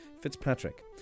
Fitzpatrick